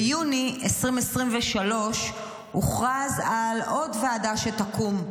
ביוני 2023 הוכרז על עוד ועדה שתקום,